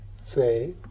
say